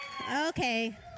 Okay